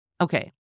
Okay